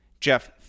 Jeff